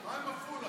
מה עם עפולה?